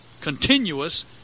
continuous